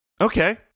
okay